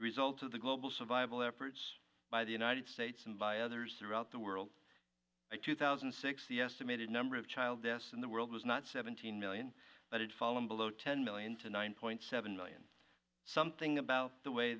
results of the global survival efforts by the united states and by there's throughout the world by two thousand and six the estimated number of child deaths in the world is not seventeen million but it's fallen below ten million to nine point seven million something about the way